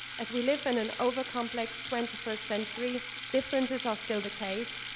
as we live in an over-complex twenty first century, differences are still the case.